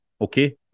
Okay